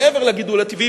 מעבר לגידול הטבעי,